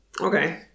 Okay